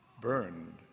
burned